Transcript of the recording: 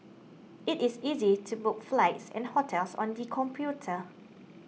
it is easy to book flights and hotels on the computer